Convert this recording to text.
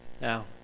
now